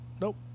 Nope